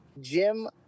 Jim